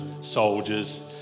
soldiers